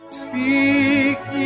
speak